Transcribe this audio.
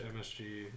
MSG